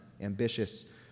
ambitious